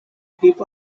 keep